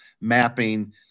mapping